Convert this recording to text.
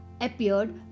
appeared